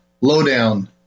lowdown